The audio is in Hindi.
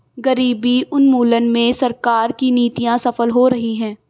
गरीबी उन्मूलन में सरकार की नीतियां सफल हो रही हैं